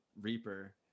Reaper